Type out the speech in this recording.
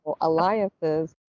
alliances